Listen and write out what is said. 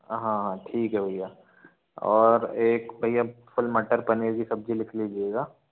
हाँ हाँ ठीक है भैया और एक भैया फ़ुल मटर पनीर की सब्ज़ी लिख लीजिएगा